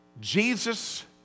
jesus